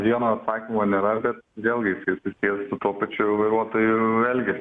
vieno atsakymo nėra bet vėlgi kaip ir siejas su tuo pačiu vairuotoju ir elgesiu